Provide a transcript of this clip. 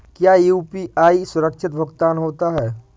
क्या यू.पी.आई सुरक्षित भुगतान होता है?